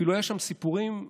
אפילו היו שם סיפורים בזואולוגיה.